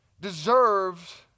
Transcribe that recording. deserves